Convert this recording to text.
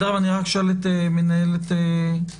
אני רק שואל את מנהלת הוועדה